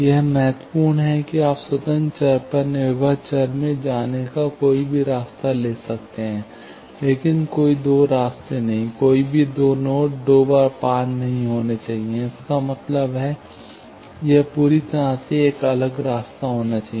यह महत्वपूर्ण है कि आप स्वतंत्र चर पर निर्भर चर में जाने से कोई भी रास्ता ले सकते हैं लेकिन कोई दो रास्ते नहीं कोई भी दो नोड दो बार पार नहीं होने चाहिए इसका मतलब है यह पूरी तरह से एक अलग रास्ता होना चाहिए